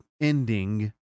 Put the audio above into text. ending